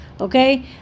Okay